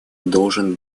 должен